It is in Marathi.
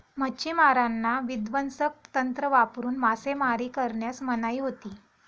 मच्छिमारांना विध्वंसक तंत्र वापरून मासेमारी करण्यास मनाई होती